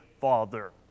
father